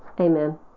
Amen